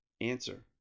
Answer